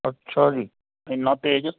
ਅੱਛਾ ਜੀ ਇੰਨਾ ਤੇਜ਼